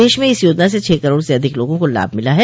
देश में इस योजना से छह करोड़ से अधिक लोगों को लाभ मिला है